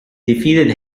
defeated